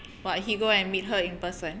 what he go and meet her in person